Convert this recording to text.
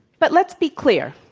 but let's be clear.